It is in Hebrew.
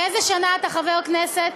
מאיזו שנה אתה חבר כנסת?